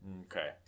Okay